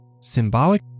symbolic